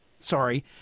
Sorry